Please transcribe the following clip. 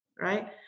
right